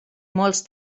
molts